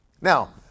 Now